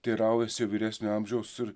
teiraujasi vyresnio amžiaus ir